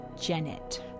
Janet